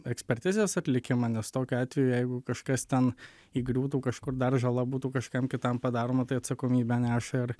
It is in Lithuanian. ekspertizės atlikimą nes tokiu atveju jeigu kažkas ten įgriūtų kažkur dar žala būtų kažkam kitam padaroma tai atsakomybę neša ir